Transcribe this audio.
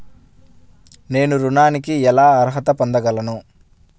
నేను ఋణానికి ఎలా అర్హత పొందగలను?